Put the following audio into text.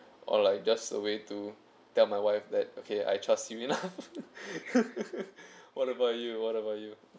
or like just a way to tell my wife that okay I trust you enough what about you what about you